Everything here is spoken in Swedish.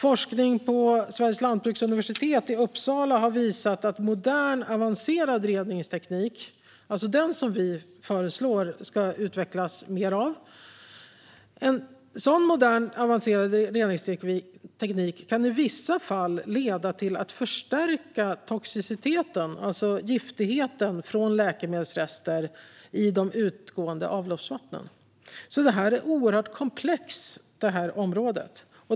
Forskning på Sveriges lantbruksuniversitet i Uppsala har visat att modern avancerad reningsteknik - alltså den som vi föreslår att det ska utvecklas mer av - i vissa fall kan leda till att toxiciteten, giftigheten, från läkemedelsrester i de utgående avloppsvattnen förstärks. Det här området är oerhört komplext.